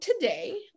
today